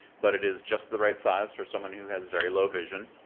but it is just the right size for someone who has very low vision.